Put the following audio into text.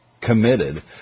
committed